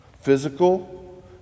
physical